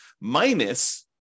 minus